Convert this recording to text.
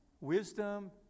wisdom